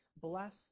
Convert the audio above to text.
bless